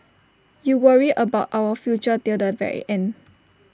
you worry about our future till the very end